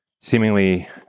seemingly